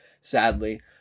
sadly